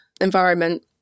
environment